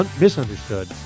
misunderstood